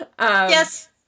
Yes